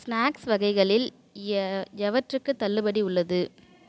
snacks வகைகளில் எவற்றுக்கு தள்ளுபடி உள்ளது